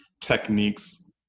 techniques